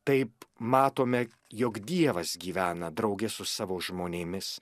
taip matome jog dievas gyvena drauge su savo žmonėmis